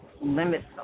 limits